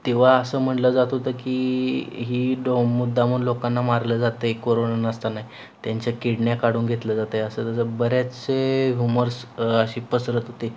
तेव्हा असं म्हणलं जात होतं की ही डो मुद्दामहून लोकांना मारलं जातं आहे कोरोना नसताना त्यांच्या किडण्या काढून घेतलं जातं आहे असं तसं बरेचशे रुमर्स अशी पसरत होती